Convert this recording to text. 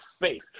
faith